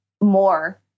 more